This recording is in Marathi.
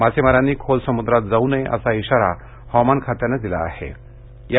मासेमारांनी खोल समुद्रात जाऊ नये असा इशारा हवामानखात्यानं आधीच दिला आहे